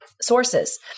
sources